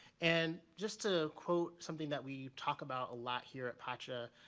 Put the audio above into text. and just to quote something that we talk about a lot here at pacha,